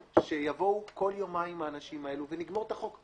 שיבואו כל יומיים האנשים האלה ונגמור את החוק,